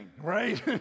right